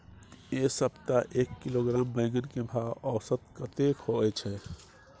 ऐ सप्ताह एक किलोग्राम बैंगन के भाव औसत कतेक होय छै?